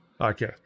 Okay